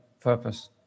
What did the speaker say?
purpose